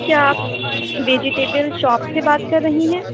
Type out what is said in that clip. کیا آپ vegetable shop سے بات کر رہی ہیں